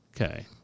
Okay